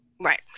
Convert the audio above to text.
Right